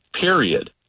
period